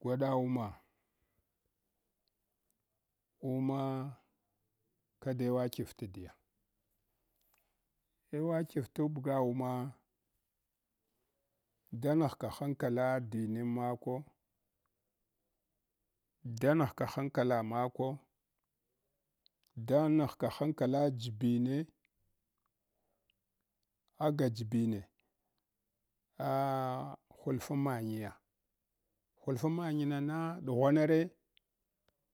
Gwaɗa wuna umah kadewadkiv tidiya ewadkiv tabga wuma da naghka hankala dimin mako, da naghka hankala mako, da naghka hakala jibine aga jibine? Ah hulfn manyiya hulfin manynana ɗughwa nare?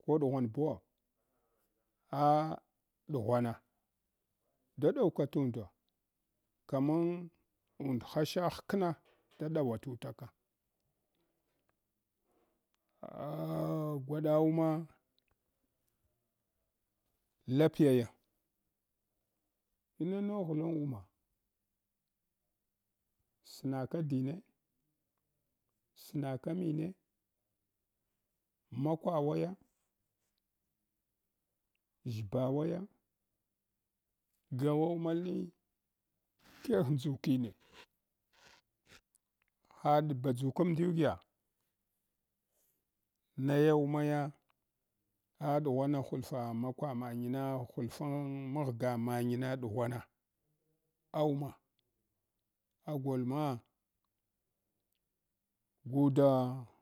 Ko ɗughwan buwo? Ah dughwana, da ɗow ka tundo kaman undhasha hkna tulaka ah gwada wuma lapiya ya ina noghla wuma snaka dine, snaka mine, makwawa ya ʒshiba waya ga waumalni kegh ndukine? Had baʒulkamdiyugiya? Naya wumaya ai ɗughwana hulfa makwa manyna hulfun maghga mangna ɗugwana auma a golma guda.